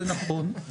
זה נכון.